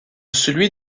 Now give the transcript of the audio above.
celui